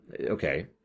Okay